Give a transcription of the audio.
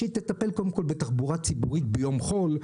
שתטפל קודם כל בתחבורה ציבורית ביום חול,